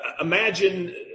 imagine